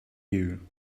you